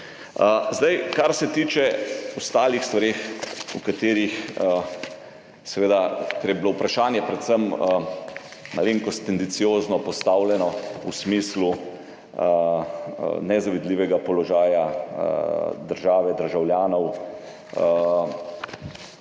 oseb. Kar se tiče ostalih stvari, kjer je bilo vprašanje predvsem malenkost tendenciozno postavljeno v smislu nezavidljivega položaja države, državljanov,